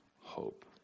hope